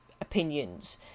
opinions